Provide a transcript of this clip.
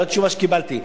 זו התשובה שקיבלתי,